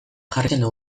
jarraitzen